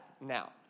now